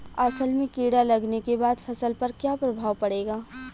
असल में कीड़ा लगने के बाद फसल पर क्या प्रभाव पड़ेगा?